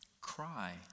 Cry